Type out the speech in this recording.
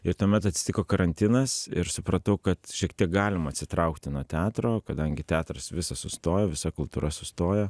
ir tuomet atsitiko karantinas ir supratau kad šiek tiek galima atsitraukti nuo teatro kadangi teatras visas sustojo visa kultūra sustojo